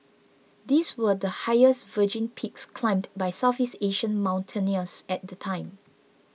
these were the highest virgin peaks climbed by Southeast Asian mountaineers at the time